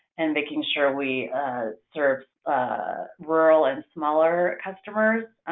and making sure we serve rural and smaller customers.